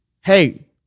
hey